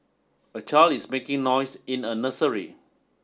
a child is making noise in a nursery